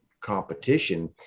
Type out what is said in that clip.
competition